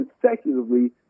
consecutively